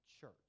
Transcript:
church